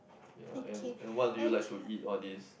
ya and and what do you like to eat all this